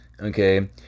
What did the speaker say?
okay